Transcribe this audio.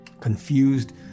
confused